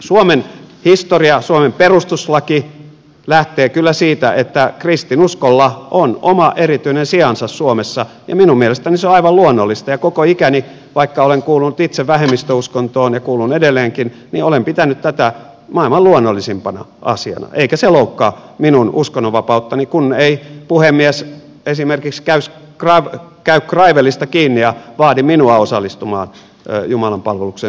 suomen historia suomen perustuslaki lähtee kyllä siitä että kristinuskolla on oma erityinen sijansa suomessa ja minun mielestäni se on aivan luonnollista ja koko ikäni vaikka olen kuulunut itse vähemmistöuskontoon ja kuulun edelleenkin olen pitänyt tätä maailman luonnollisimpana asiana eikä se loukkaa minun uskonnonvapauttani kun ei puhemies esimerkiksi käy kraivelista kiinni ja vaadi minua osallistumaan jumalanpalvelukseen suurkirkossa